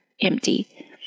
empty